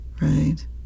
right